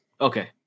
okay